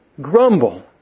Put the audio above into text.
grumble